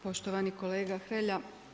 Poštovani kolega Hrelja.